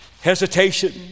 hesitation